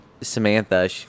Samantha